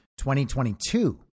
2022